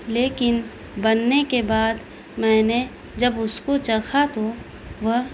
لیکن بننے کے بعد میں نے جب اس کو چکھا تو وہ